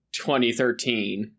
2013